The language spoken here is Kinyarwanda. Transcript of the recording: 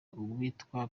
uwitwa